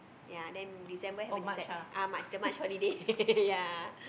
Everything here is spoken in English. ya then December haven't decide ah March the March holiday ya